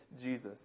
Jesus